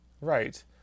Right